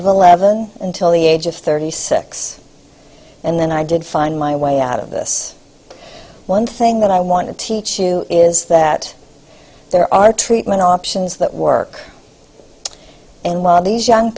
of eleven until the age of thirty six and then i did find my way out of this one thing that i want to teach you is that there are treatment options that work and while these young